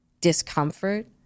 discomfort